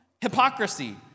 hypocrisy